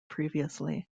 previously